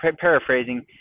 paraphrasing